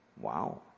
Wow